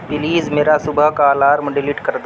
please میرا صبح کا الارم ڈلیٹ کر دو